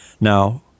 Now